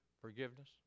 forgiveness